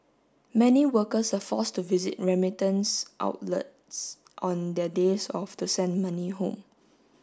many workers are forced to visit remittance outlets on their days off to send money home